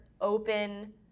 open